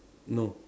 no